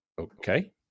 Okay